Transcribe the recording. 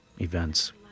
events